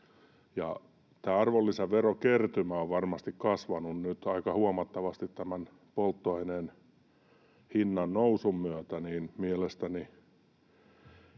arvonlisäverokertymä on varmasti kasvanut nyt aika huomattavasti polttoaineen hinnan nousun myötä,